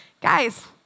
Guys